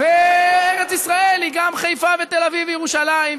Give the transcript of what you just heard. ארץ ישראל היא גם חיפה ותל אביב וירושלים,